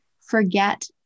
forget